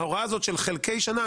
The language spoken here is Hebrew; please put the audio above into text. ההוראה הזאת של חלקי שנה,